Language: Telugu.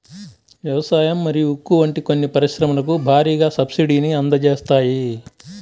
వ్యవసాయం మరియు ఉక్కు వంటి కొన్ని పరిశ్రమలకు భారీగా సబ్సిడీని అందజేస్తాయి